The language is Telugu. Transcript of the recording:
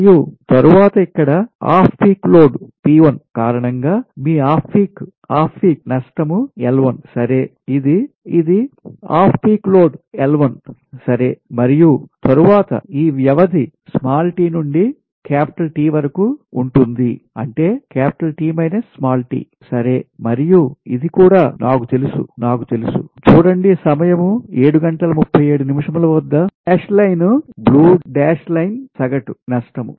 మరియు తరువాత ఇక్కడ ఆఫ్ పీక్ లోడ్ P1 కారణంగా మీ ఆఫ్ పీక్ ఆఫ్ పీక్ నష్టం L1 సరే ఇది ఇది ఆఫ్ పీక్ లోడ్ L1 సరే మరియు తరువాత ఈ వ్యవధి t నుండి T వరకు ఉంటుంది అంటే T t సరే మరియు ఇది కూడా నాకు తెలుసు నాకు తెలుసు ఈ dash line blue dash line సగటు లాస్ నష్టం